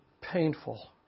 painful